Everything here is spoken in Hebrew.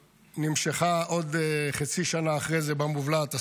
נמשכה עוד חצי שנה אחרי זה במובלעת הסורית.